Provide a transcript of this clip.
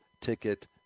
ticket